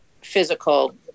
physical